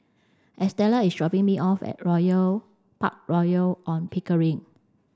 Estela is dropping me off at Royal Park Royal On Pickering